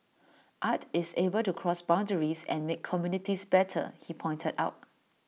art is able to cross boundaries and make communities better he pointed out